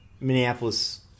Minneapolis